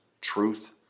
truth